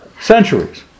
Centuries